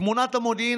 תמונת המודיעין,